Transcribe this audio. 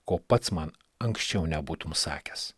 ko pats man anksčiau nebūtum sakęs